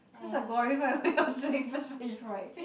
that's like glorified way of saying you have stage fright